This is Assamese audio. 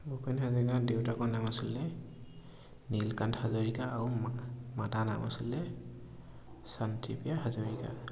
ভূপেন হাজৰিকাৰ দেউতাকৰ নাম আছিলে নীলকান্ত হাজৰিকা আৰু মা মাতা নাম আছিলে শান্তিপ্ৰিয়া হাজৰিকা